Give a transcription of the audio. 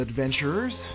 Adventurers